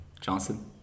Johnson